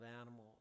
animals